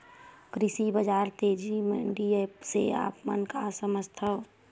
कृषि बजार तेजी मंडी एप्प से आप मन का समझथव?